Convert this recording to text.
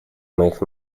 моих